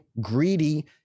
greedy